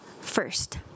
first